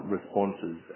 Responses